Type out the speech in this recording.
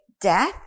death